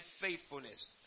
faithfulness